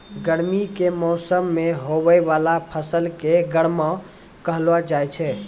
गर्मी के मौसम मे हुवै वाला फसल के गर्मा कहलौ जाय छै